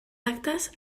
actes